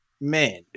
man